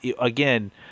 again